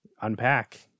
unpack